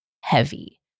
heavy